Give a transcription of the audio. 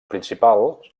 principals